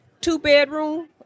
two-bedroom